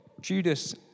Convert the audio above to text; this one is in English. Judas